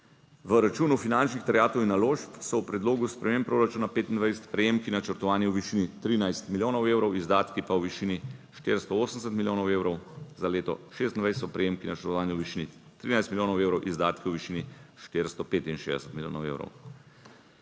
V računu finančnih terjatev in naložb so v predlogu sprememb proračuna 2025, prejemki načrtovani v višini 13 milijonov evrov, izdatki pa v višini 480 milijonov evrov. Za leto 2026 so prejemki načrtovani v višini 13 milijonov evrov, izdatki v višini 465 milijonov evrov.